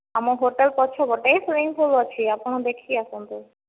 ଆମ ହୋଟେଲ ପଛ ପଟେ ସୁଇମିଂ ପୁଲ୍ ଅଛି ଆପଣ ଦେଖିକି ଆସନ୍ତୁ